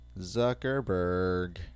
Zuckerberg